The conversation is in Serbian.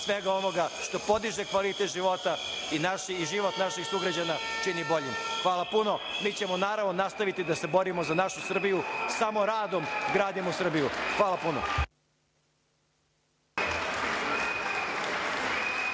svega onoga što podiže kvalitet života i život naših sugrađana čini boljim. Hvala puno. Mi ćemo, naravno, nastaviti da se borimo za našu Srbiju. Samo radom gradimo Srbiju. Hvala puno.